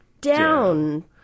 down